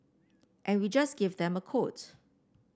and we just gave them a quote